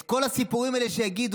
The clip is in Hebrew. את כל הסיפורים האלה שיגידו,